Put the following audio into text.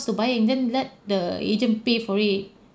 to buy and then let the agent pay for it